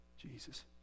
Jesus